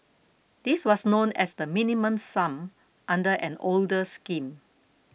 this was known as the Minimum Sum under an older scheme